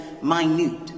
minute